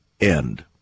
end